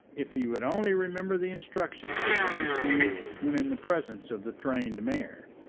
if he would only remember the instructions he had received when in the presence of the trained mare.